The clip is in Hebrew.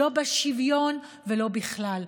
לא בשוויון ולא בכלל.